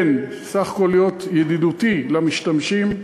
בין סך הכול להיות ידידותי למשתמשים,